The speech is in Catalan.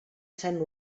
sant